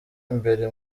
imbere